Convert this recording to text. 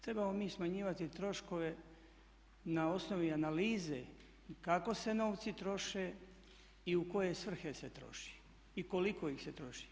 Trebamo mi smanjivati troškove na osnovi analize i kako se novci troše i u koje svrhe se troši i koliko ih se troši.